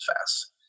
fast